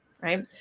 right